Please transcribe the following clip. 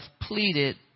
pleaded